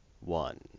One